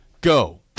go